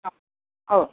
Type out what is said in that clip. हां हो